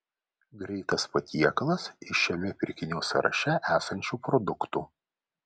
greitas patiekalas iš šiame pirkinių sąraše esančių produktų